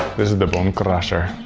this is the bone crusher.